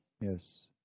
Yes